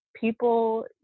people